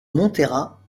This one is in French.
montera